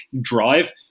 drive